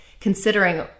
considering